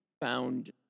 found